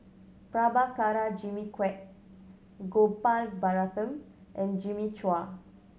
Prabhakara Jimmy Quek Gopal Baratham and Jimmy Chua